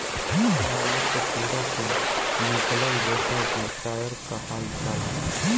नारियल के छिलका से निकलाल रेसा के कायर कहाल जाला